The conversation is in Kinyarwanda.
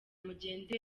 mugenzi